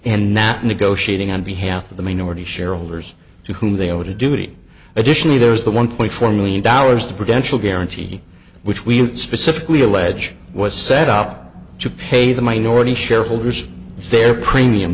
and not negotiating on behalf of the minority shareholders to whom they owed a duty additionally there was the one point four million dollars the potential guarantee which we specifically allege was set up to pay the minority shareholders their premium